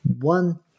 one